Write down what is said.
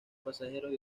pasajeros